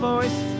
voice